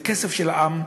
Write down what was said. זה כסף של העם,